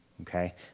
okay